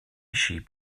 sheep